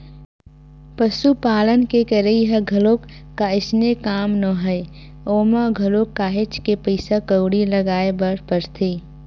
पसुपालन के करई ह घलोक अइसने काम नोहय ओमा घलोक काहेच के पइसा कउड़ी लगाय बर परथे